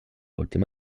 última